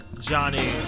Johnny